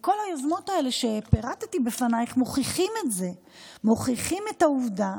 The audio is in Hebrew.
וכל היוזמות האלה שפירטתי בפנייך מוכיחות את זה מוכיחות את העובדה